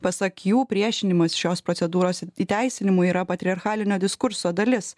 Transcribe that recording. pasak jų priešinimas šios procedūros įteisinimui yra patriarchalinio diskurso dalis